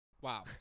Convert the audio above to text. Wow